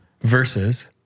versus